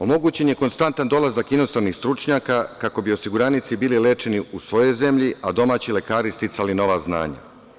Omogućen je konstantan dolazak inostranih stručnjaka, kako bi osiguranici bili lečeni u svojoj zemlji, a domaći lekari sticali nova znanja.